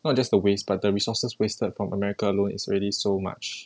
not just the waste but the resources wasted from america alone is already so much